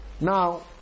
Now